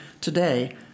today